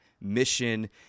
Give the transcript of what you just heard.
mission